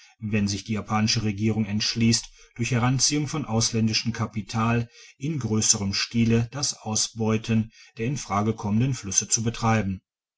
wenn sich die japanische regierung entschliesst durch heranziehung von ausländischem kapital in grösserem stile das ausbeuten der in frage kommenden flüsse zu betreiben